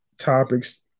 topics